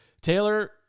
Taylor